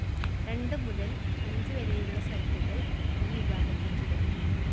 രണ്ട് മുതൽ അഞ്ച് വരെയുള്ള സംഖ്യകൾ ഈ വിഭാഗത്തിൽ പെടുന്നു